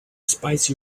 spicy